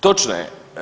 Točno je.